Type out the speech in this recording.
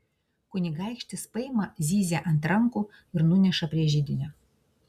kunigaikštis paima zyzią ant rankų ir nuneša prie židinio